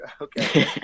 Okay